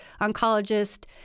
oncologist